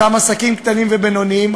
אותם עסקים קטנים ובינוניים,